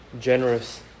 generous